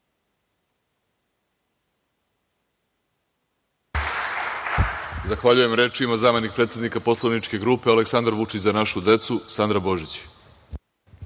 Zahvaljujem. Reč ima zamenik predsednika poslaničke grupe Aleksandar Vučić – Za našu decu, Sandra